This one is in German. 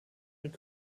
mit